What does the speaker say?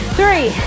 three